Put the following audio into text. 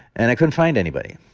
and i couldn't find anybody,